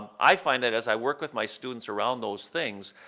i find that as i work with my students around those things,